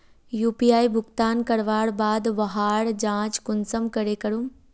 UPI भुगतान करवार बाद वहार जाँच कुंसम करे करूम?